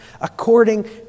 according